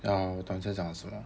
ya 我懂你在讲什么